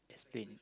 explain